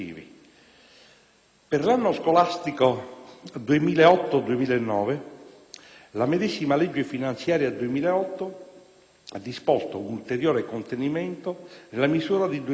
Per l'anno scolastico 2008-2009 la medesima legge finanziaria per il 2008 ha disposto un ulteriore contenimento nella misura di 2.000 posti,